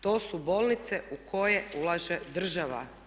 To su bolnice u koje ulaže država.